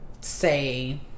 say